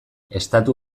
estatu